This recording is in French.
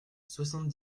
soixante